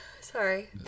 Sorry